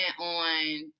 on